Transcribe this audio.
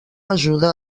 ajuda